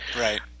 Right